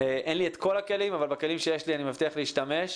אין לי את כל הכלים אבל בכלים שיש לי אני מבטיח להשתמש.